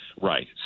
Right